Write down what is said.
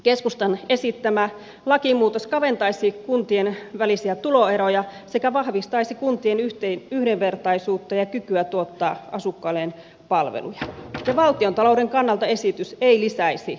keskustan esittämä lakimuutos kaventaisi kuntien välisiä tuloeroja sekä vahvistaisi kuntien yhdenvertaisuutta ja kykyä tuottaa asukkailleen palveluja ja valtiontalouden kannalta esitys ei lisäisi menoja